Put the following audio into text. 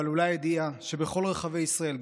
אבל אולי בידיעה שבכל רחבי ישראל,